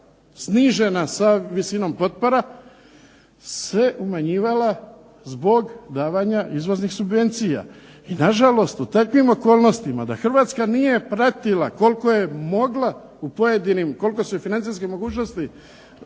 snižena sa visinom potpora se umanjivala zbog davanja izvoznih subvencija. I nažalost u takvim okolnostima da Hrvatska nije pratila koliko je mogla, koliko su joj financijske mogućnosti